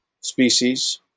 species